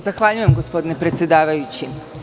Zahvaljujem gospodine predsedavajući.